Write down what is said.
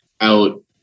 out